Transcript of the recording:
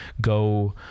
go